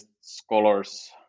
scholars